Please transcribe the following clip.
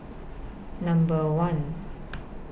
Number one